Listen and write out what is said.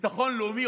ביטחון לאומי.